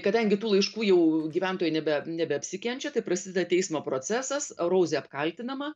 kadangi tų laiškų jau gyventojai nebe nebeapsikenčia tai prasideda teismo procesas rauzė apkaltinama